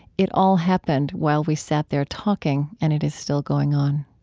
it all happened while we sat there talking and it is still going on.